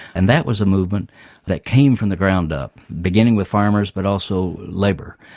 and that was a movement that came from the ground up, beginning with farmers but also labour.